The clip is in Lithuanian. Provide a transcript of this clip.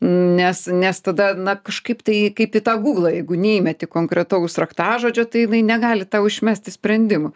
nes nes tada na kažkaip tai kaip į tą gūglą jeigu neįmeti konkretaus raktažodžio tai jinai negali tau išmesti sprendimo